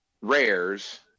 rares